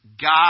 God